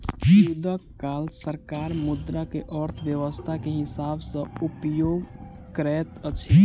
युद्धक काल सरकार मुद्रा के अर्थव्यस्था के हिसाब सॅ उपयोग करैत अछि